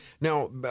Now